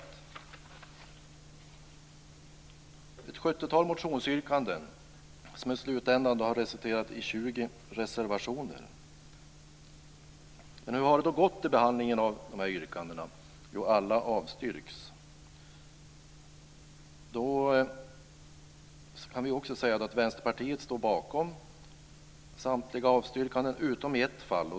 Det är ett sjuttiotal motionsyrkanden som i slutändan resulterat i 20 reservationer. Hur har det då gått i behandlingen av yrkandena? Jo, alla avstyrks. Vänsterpartiet står bakom samtliga avstyrkanden, utom i ett fall.